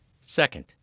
Second